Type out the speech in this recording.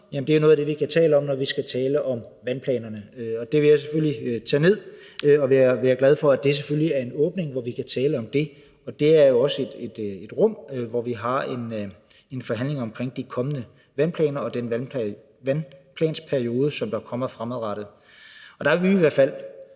Det er noget af det, vi kan tale om, når vi skal tale om vandplanerne. Det vil jeg selvfølgelig tage ned og være glad for. Det er selvfølgelig en åbning, hvor vi kan tale om det. Det er jo også et rum, hvor vi har en forhandling om de kommende vandplaner og den vandplanperiode, som kommer fremadrettet.